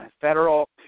federal